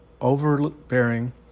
overbearing